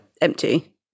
empty